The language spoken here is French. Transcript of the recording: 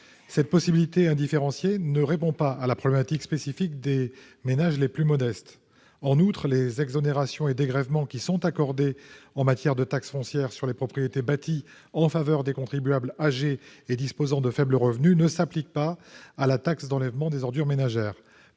Cette possibilité indifférenciée ne répond pas à la problématique spécifique des ménages modestes. En outre, les exonérations et dégrèvements accordés en matière de taxe foncière sur les propriétés bâties en faveur des contribuables âgés et disposant de faibles revenus ne s'appliquent pas à la taxe d'enlèvement des ordures ménagères.